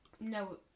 no